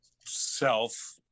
self